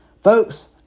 Folks